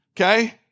Okay